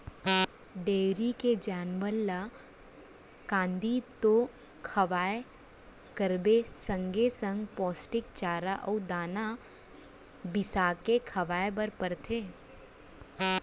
dairy के जानवर ल कांदी तो खवाबे करबे संगे संग पोस्टिक चारा अउ दाना बिसाके खवाए बर परथे